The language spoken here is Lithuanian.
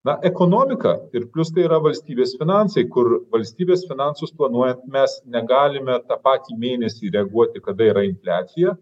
na ekonomika ir plius tai yra valstybės finansai kur valstybės finansus planuot mes negalime tą patį mėnesį reaguoti kada yra infliacija